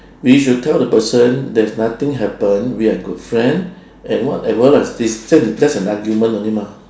we should tell the person there's nothing happen we are good friend and whatever lah this just just an argument only mah